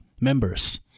members